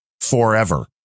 forever